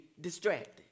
distracted